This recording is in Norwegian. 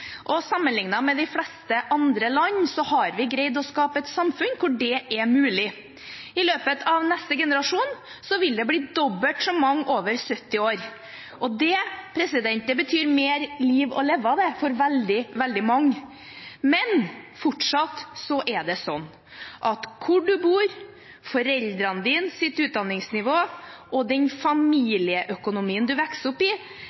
Norge. Sammenliknet med de fleste andre land har vi greid å skape et samfunn der det er mulig. I løpet av neste generasjon vil det bli dobbelt så mange over 70 år, og det betyr mer liv å leve for veldig mange. Men fortsatt er det sånn at hvor en bor, foreldrenes utdanningsnivå og den familieøkonomien en vokser opp i,